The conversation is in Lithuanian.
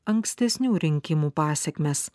ankstesnių rinkimų pasekmes